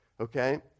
okay